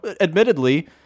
admittedly